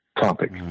topic